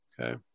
okay